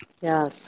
Yes